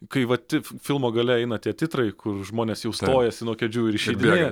kai vat ti filmo gale eina tie titrai kur žmonės jau stojasi nuo kėdžių ir išeidinėja